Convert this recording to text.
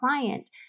client